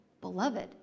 beloved